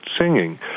singing